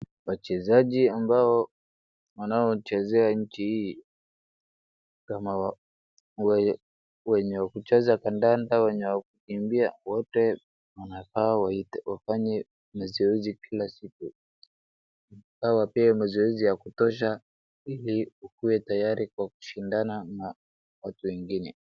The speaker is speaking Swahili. Wachezaji ambao wanaochezea nchi hii kama wenye wa kucheza kandanda wenye wa kukimbia wote wanafaa wafanye mazoezi kila siku. Wapewe mazoezi ya kutosha ili wakuwe tayari kwa kushindana na watu wengine.